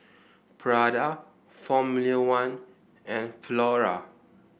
Prada Formula One and Flora